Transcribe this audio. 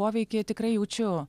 poveikį tikrai jaučiu